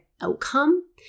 outcome